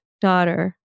daughter